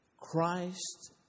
Christ